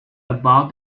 about